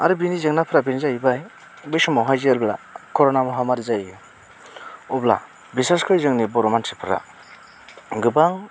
आरो बिनि जेंनाफ्रा बेनो जाहैबाय बै समावहाय जेब्ला करना माहामारी जायो अब्ला बिसेसखै जोंनि बर' मानसिफ्रा गोबां